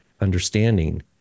understanding